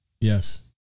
Yes